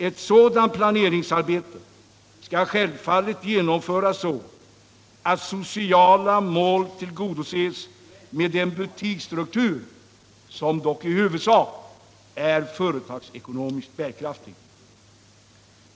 Ett sådant planeringsarbete skall självfallet genomföras så, att sociala mål tillgodoses med en butiksstruktur som dock i huvudsak är företagsekonomiskt bärkraftig.